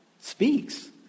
speaks